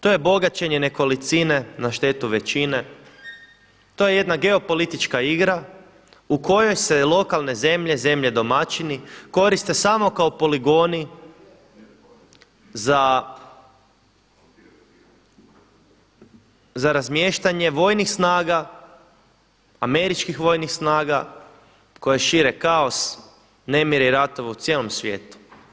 To je bogaćenje nekolicine na štetu većine, to je jedna geopolitička igra u kojoj se lokalne zemlje, zemlje domaćini koriste samo kao poligoni za razmiještanje vojnih snaga, američkih vojnih snaga koje šire kaos, nemire i ratove u cijelom svijetu.